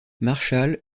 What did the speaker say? marshall